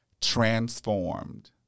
transformed